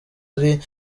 ari